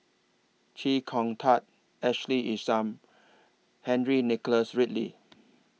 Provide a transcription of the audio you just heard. Chee Kong Tet Ashley Isham Henry Nicholas Ridley